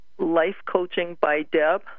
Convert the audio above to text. lifecoachingbydeb